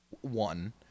one